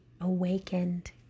awakened